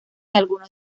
algunos